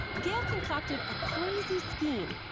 gail concocted a crazy scheme,